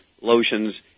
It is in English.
Lotions